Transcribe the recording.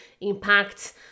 impact